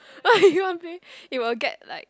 you playing you will get like